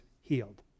healed